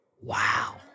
wow